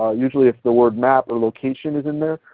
ah usually if the word map or location is in there,